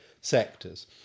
sectors